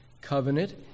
covenant